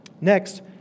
Next